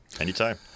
Anytime